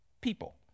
people